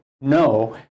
no